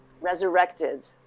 resurrected